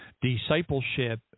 discipleship